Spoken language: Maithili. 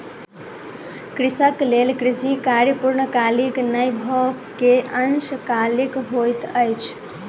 कृषक लेल कृषि कार्य पूर्णकालीक नै भअ के अंशकालिक होइत अछि